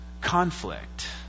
conflict